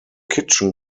kitchen